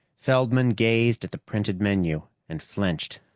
feldman gazed at the printed menu and flinched.